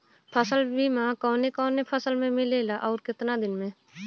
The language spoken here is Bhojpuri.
फ़सल बीमा कवने कवने फसल में मिलेला अउर कितना दिन में?